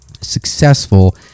successful